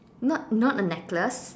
not not a necklace